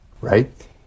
right